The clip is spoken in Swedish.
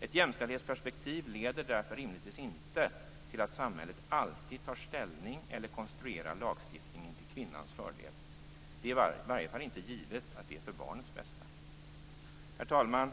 Ett jämställdhetsperspektiv leder därför rimligtvis inte till att samhället alltid tar ställning eller konstruerar lagstiftningen till kvinnans fördel. Det är i varje fall inte givet för barnets bästa. Herr talman!